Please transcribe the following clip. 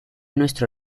nuestro